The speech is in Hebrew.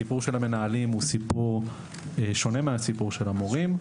סיפור המנהלים שונה מהסיפור של המורים.